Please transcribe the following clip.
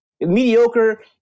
Mediocre